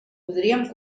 podríem